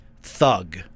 thug